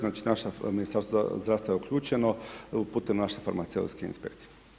Znači, naše Ministarstvo zdravstva je uključeno putem naše farmaceutske inspekcije.